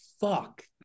fuck